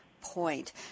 point